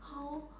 how